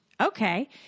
okay